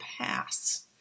pass